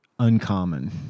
Uncommon